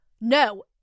no